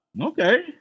okay